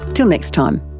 till next time